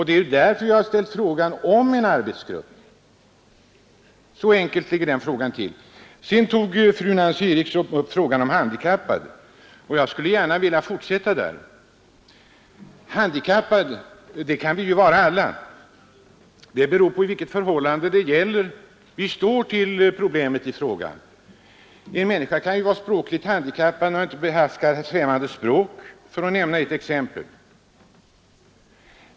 Det är därför jag önskar få en arbetsgrupp. Så enkelt ligger den saken till. Sedan tog fru Eriksson upp frågan om handikappade. Jag skulle gärna vilja fortsätta där. Handikappade kan vi vara alla. Det beror på i vilket förhållande vi står till problemet i fråga. En människa kan vara språkligt handikappad när hon inte behärskar ett främmande språk, för att ta ett exempel.